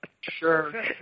sure